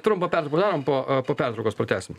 trumpą pertrauką padarom po po pertraukos pratęsim